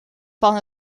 van